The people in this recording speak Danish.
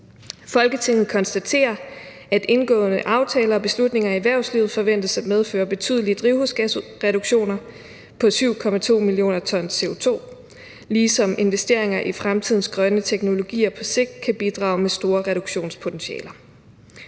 Folketinget konstaterer, at indgåede aftaler og beslutninger i erhvervslivet forventes at medføre betydelige drivhusgasreduktioner på ca. 7,2 mio. ton CO2-e, ligesom investeringer i fremtidens grønne teknologier på sigt kan bidrage med store reduktionspotentialer.